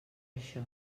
això